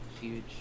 huge